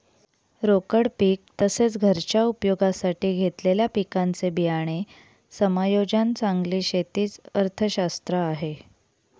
रोकड पीक तसेच, घरच्या उपयोगासाठी घेतलेल्या पिकांचे बियाणे समायोजन चांगली शेती च अर्थशास्त्र आहे